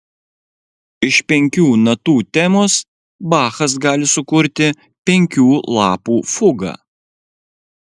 iš penkių natų temos bachas gali sukurti penkių lapų fugą